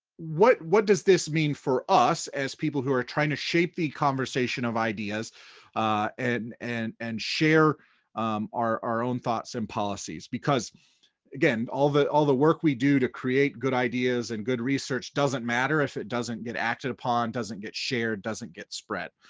what what does this mean for us as people who are trying to shape the conversation of ideas and and and share our our own thoughts and policies? because again, all the all the work we do to create good ideas and good research doesn't matter if it doesn't get acted upon, doesn't get shared, doesn't get spread.